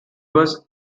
was